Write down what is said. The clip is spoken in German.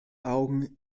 augen